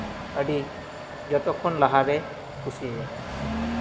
ᱟᱹᱰᱤ ᱡᱚᱛᱚᱠᱷᱚᱱ ᱞᱟᱦᱟᱨᱮᱧ ᱠᱩᱥᱤᱭᱟᱭᱟ